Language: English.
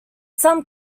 some